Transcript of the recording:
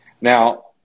Now